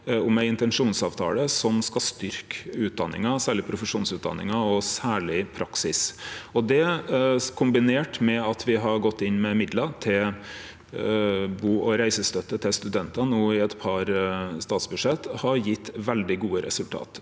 om ei intensjonsavtale som skal styrkje utdanningane, særleg profesjonsutdanningane og særleg praksis. Det – kombinert med at me no har gått inn med midlar til bu- og reisestøtte til studentane i eit par statsbudsjett – har gjeve veldig gode resultat.